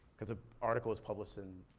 cause the article was published in,